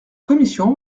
commission